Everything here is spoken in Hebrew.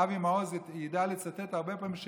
אבי מעוז ידע לצטט הרבה פעמים,